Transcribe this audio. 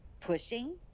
pushing